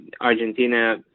Argentina